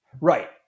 right